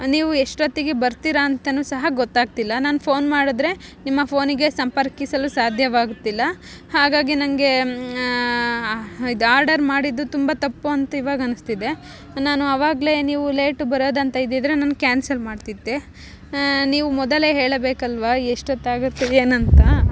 ನೀವು ಎಷ್ಟೊತ್ತಿಗೆ ಬರ್ತಿರ ಅಂತನು ಸಹ ಗೊತ್ತಾಗ್ತಿಲ್ಲ ನಾನು ಫೋನ್ ಮಾಡಿದ್ರೆ ನಿಮ್ಮ ಫೋನಿಗೆ ಸಂಪರ್ಕಿಸಲು ಸಾಧ್ಯವಾಗುತ್ತಿಲ್ಲ ಹಾಗಾಗಿ ನಂಗೆ ಇದು ಆರ್ಡರ್ ಮಾಡಿದ್ದು ತುಂಬ ತಪ್ಪು ಅಂತ ಇವಾಗ ಅನಿಸ್ತಿದೆ ನಾನು ಆವಾಗಲೆ ನೀವು ಲೇಟ್ ಬರೊದಂತ ಇದ್ದಿದ್ರೆ ನಾನು ಕ್ಯಾನ್ಸಲ್ ಮಾಡ್ತಿದ್ದೆ ನೀವು ಮೊದಲೇ ಹೇಳಬೇಕಲ್ವ ಎಷ್ಟೊತ್ತಾಗುತ್ತೆ ಏನಂತ